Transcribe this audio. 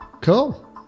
cool